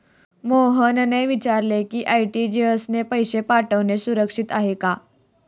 मोहनने विचारले की आर.टी.जी.एस ने पैसे पाठवणे सुरक्षित आहे का?